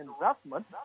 investment